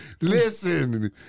Listen